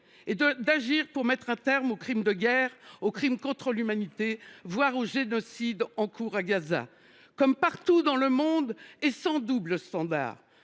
et d’agir pour mettre un terme aux crimes de guerre, aux crimes contre l’humanité, voire au génocide en cours à Gaza comme partout dans le monde, et sans double standard